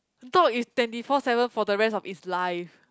dog is twenty four seven for the rest of its life